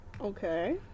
Okay